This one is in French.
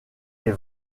est